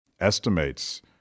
estimates